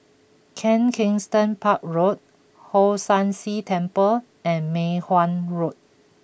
Kensington Park Road Hong San See Temple and Mei Hwan Road